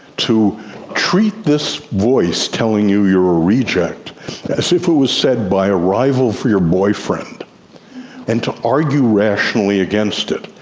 to treat this voice telling you you're a reject as if it was said by a rival for your boyfriend and to argue rationally against it.